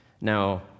Now